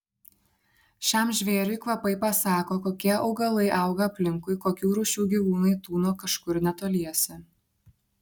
šiam žvėriui kvapai pasako kokie augalai auga aplinkui kokių rūšių gyvūnai tūno kažkur netoliese